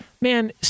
Man